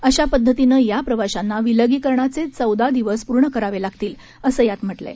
अशा पद्धतीनं या प्रवाशांना विलगीकरणाचे चौदा दिवस पूर्ण करावे लागतील असं यात म्हटलं आहे